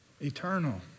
Eternal